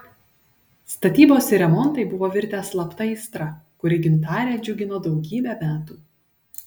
statybos ir remontai buvo virtę slapta aistra kuri gintarę džiugino daugybę metų